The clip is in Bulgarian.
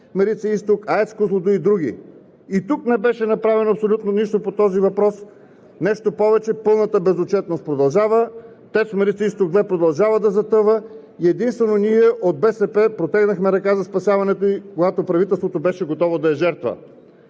Марица изток, АЕЦ „Козлодуй“ и други“. И тук не беше направено абсолютно нищо по този въпрос. Нещо повече, пълната безотчетност продължава, „ТЕЦ Марица изток 2“ продължава да затъва и единствено ние от БСП протегнахме ръка за спасяването ѝ, когато правителството беше готово да я жертва.